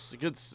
good